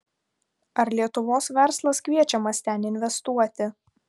ar lietuvos verslas kviečiamas ten investuoti